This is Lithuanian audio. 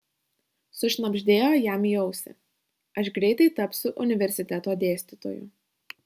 sušnabždėjo jam į ausį aš greitai tapsiu universiteto dėstytoju